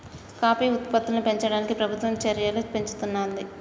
coffee ఉత్పత్తుల్ని పెంచడానికి ప్రభుత్వం చెర్యలు పెంచుతానంది